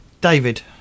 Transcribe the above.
David